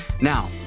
Now